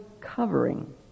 covering